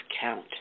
Count